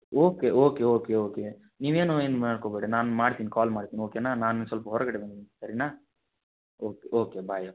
okay okay okay okay ನೀವೇನು ಏನು ಮಾಡ್ಕೊಬೇಡಿ ನಾನು ಮಾಡ್ತೀನಿ ಕಾಲ್ ಮಾಡ್ತೀನಿ ಓಕೆಯ ನಾನು ಸ್ವಲ್ಪ ಹೊರಗಡೆ ಬಂದಿದ್ದೀನಿ ಸರಿಯ ಓಕೆ ಓಕೆ ಬಾಯ್